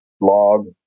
log